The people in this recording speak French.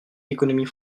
l’économie